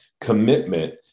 commitment